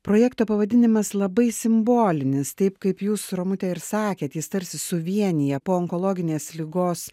projekto pavadinimas labai simbolinis taip kaip jūs romute ir sakėt jis tarsi suvienija po onkologinės ligos